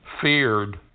feared